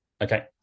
Okay